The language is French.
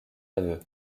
aveu